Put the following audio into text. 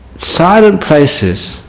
silent places,